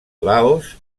laos